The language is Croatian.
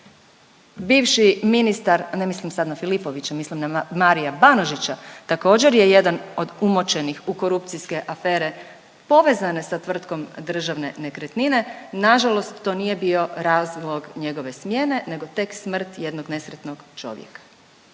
Bivši ministar ne mislim sad na Filipovića, mislim na Maria Banožića također je jedan od umočenih u korupcijske afere povezane sa tvrtkom Državne nekretnine, nažalost to nije bio razlog njegove smjene nego tek smrt jednog nesretnog čovjeka.